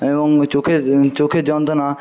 এবং চোখের চোখের যন্ত্রণা